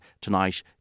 tonight